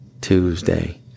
Tuesday